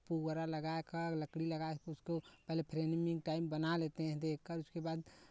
पुआरा लगा कर लकड़ी लगा कर उसको पहले फ्रेमिंग टाइम बना लेते हैं देख कर उसके बाद